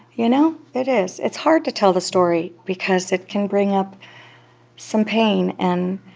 you know? it is. it's hard to tell the story because it can bring up some pain. and